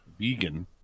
vegan